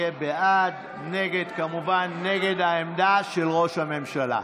יהיה בעד, נגד, כמובן נגד העמדה של ראש הממשלה.